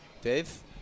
Dave